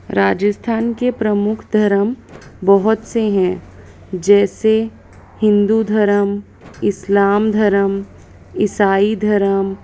राजस्थान के प्रमुख धर्म बहुत से हैं जैसे हिन्दू धर्म इस्लाम धर्म इसाई धर्म